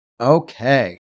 Okay